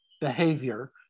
behavior